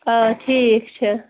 آ ٹھیٖک چھُ